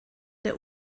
der